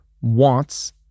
wants